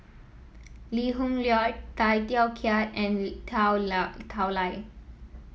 Lee Hoon Leong Tay Teow Kiat and Tao Li